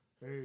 Hey